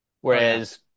whereas